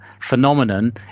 phenomenon